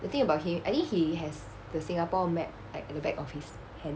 the thing about him I think he has the singapore map at the back of his hand